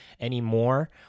anymore